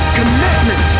commitment